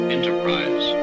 Enterprise